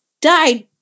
died